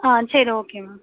ஆ சரி okay ma'am